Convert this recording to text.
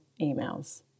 emails